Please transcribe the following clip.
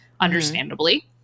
understandably